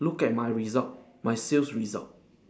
look at my result my sales result